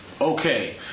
Okay